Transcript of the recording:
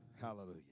Hallelujah